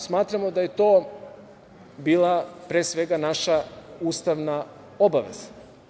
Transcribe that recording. Smatramo da je to bila pre svega naša ustavna obaveza.